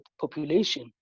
population